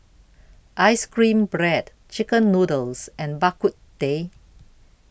Ice Cream Bread Chicken Noodles and Bak Kut Teh